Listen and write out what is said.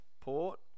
Port